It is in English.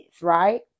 right